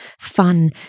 fun